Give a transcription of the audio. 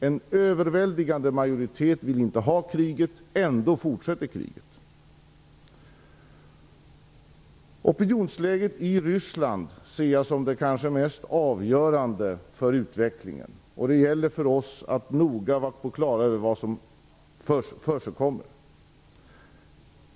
En överväldigande majoritet vill inte ha kriget - ändå fortsätter kriget. Opinionsläget i Ryssland ser jag som det kanske mest avgörande för utvecklingen. Det gäller för oss att noga vara klara över vad som försiggår.